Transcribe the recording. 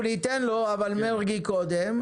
אנחנו ניתן לו, אבל לחבר הכנסת מרגי קודם.